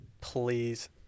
Please